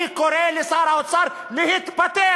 אני קורא לשר האוצר להתפטר.